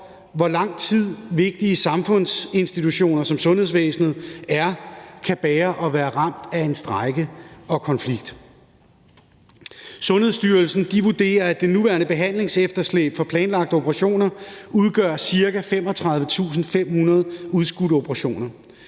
hvor lang tid vigtige samfundsinstitutioner, som sundhedsvæsenet er, kan bære at være ramt af en strejke og af konflikt. Sundhedsstyrelsen vurderer, at det nuværende behandlingsefterslæb for planlagte operationer udgør ca. 35.500 udskudte operationer.